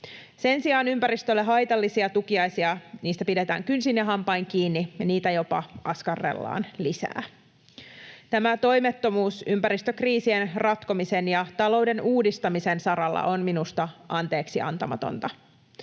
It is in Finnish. Sen sijaan ympäristölle haitallisista tukiaisista pidetään kynsin ja hampain kiinni ja niitä jopa askarrellaan lisää. Tämä toimettomuus ympäristökriisien ratkomisen ja talouden uudistamisen saralla on minusta anteeksiantamatonta.